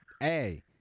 Hey